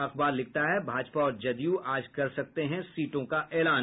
अखबार लिखता है भाजपा और जदयू आज कर सकते हैं सीटों का ऐलान